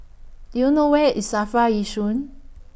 Do YOU know Where IS SAFRA Yishun